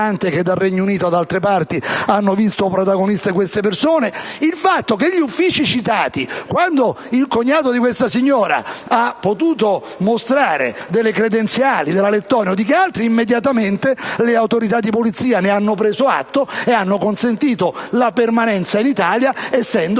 che nel Regno Unito e in altri Paesi hanno visto protagoniste queste persone, il fatto che, quando il cognato di questa signora ha potuto mostrare credenziali della Lettonia, immediatamente le autorità di polizia ne hanno preso atto e hanno consentito la sua permanenza in Italia,